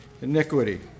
iniquity